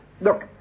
look